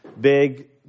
big